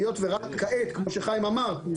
היות ורק כעת הם סיימו,